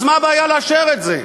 אז מה הבעיה לאשר את זה?